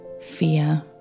fear